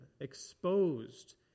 exposed